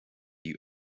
you